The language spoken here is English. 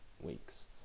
weeks